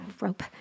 rope